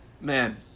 man